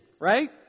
Right